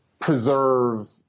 preserve